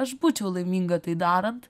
aš būčiau laiminga tai darant